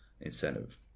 incentive